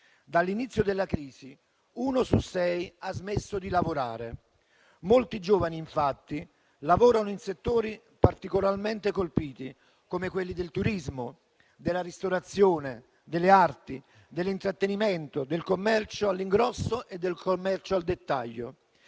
Dall'inizio della crisi, uno su sei ha smesso di lavorare. Molti giovani, infatti, lavorano in settori particolarmente colpiti, come quelli del turismo, della ristorazione, delle arti, dell'intrattenimento, del commercio all'ingrosso e del commercio al dettaglio,